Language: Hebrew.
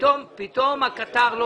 פתאום הקטר לא